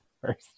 first